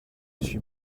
suis